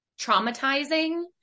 traumatizing